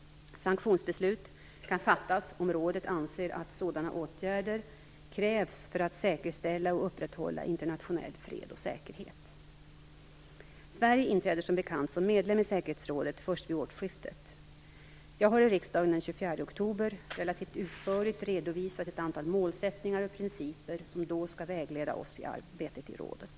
Sanktionsbeslut kan fattas om rådet anser att sådana åtgärder krävs för att säkerställa eller upprätthålla internationell fred och säkerhet. Sverige inträder som bekant som medlem av säkerhetsrådet först vid årsskiftet. Jag har i riksdagen den 24 oktober relativt utförligt redovisat ett antal målsättningar och principer som då skall vägleda oss i arbetet i rådet.